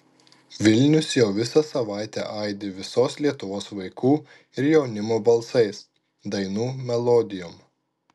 vilnius jau visą savaitę aidi visos lietuvos vaikų ir jaunimo balsais dainų melodijom